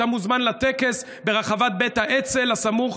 אתה מוזמן לטקס ברחבת בית האצ"ל הסמוך